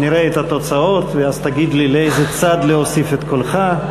תכף נראה את התוצאות ואז תגיד לי לאיזה צד להוסיף את קולך.